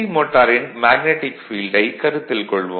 மோட்டாரின் மேக்னடிக் ஃபீல்டை கருத்தில் கொள்வோம்